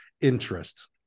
interest